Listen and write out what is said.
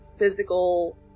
physical